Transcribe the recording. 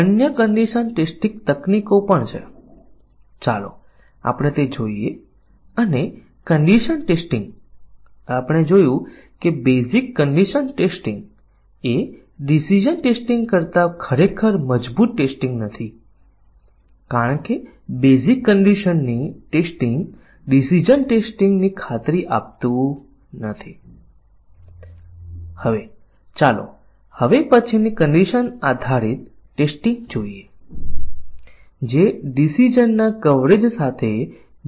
white box પરીક્ષણમાં આપણે ફક્ત કોડને જોતા હોઈએ છીએ આપણે જરૂરીયાતોના દસ્તાવેજને જોતા નથી આપણે જરૂરી દસ્તાવેજોના આધારે પરીક્ષણના કેસોની રચના કરતા નથી ફક્ત કોડના આધારે રચનાને ઓળખીએ છીએ અને પછી પરીક્ષણના કેસોની રચના કરીએ છીએ